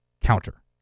counter